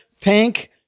tank